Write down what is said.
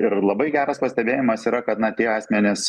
ir labai geras pastebėjimas yra kad na tie asmenys